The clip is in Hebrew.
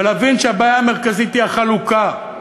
ולהבין שהבעיה המרכזית היא החלוקה,